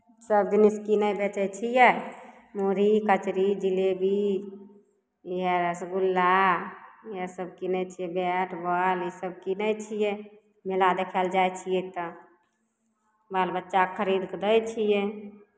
सब जिनीस कीनै बेचै छियै मुरही कचरी जिलेबी या रसगुल्ला इएहसब किनै छियै बैट बॉल ईसभ किनै छियै मेला देखै लए जाइ छियै तऽ बाल बच्चाकेँ खरीद कऽ दै छियै